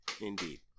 Indeed